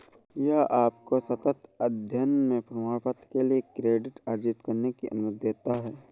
यह आपको सतत अध्ययन में प्रमाणपत्र के लिए क्रेडिट अर्जित करने की अनुमति देता है